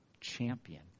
champion